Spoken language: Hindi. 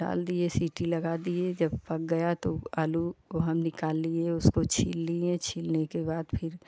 डाल दिए सीटी लगा दिए जब पक गया तो आलू को हम निकाल लिए उसको छील लिए छीलने के बाद फिर